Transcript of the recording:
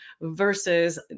versus